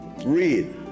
Read